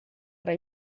tra